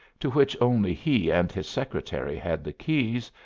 to which only he and his secretary had the keys,